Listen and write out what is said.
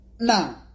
Now